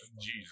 Jesus